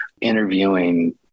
interviewing